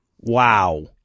Wow